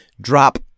Drop